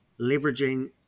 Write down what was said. leveraging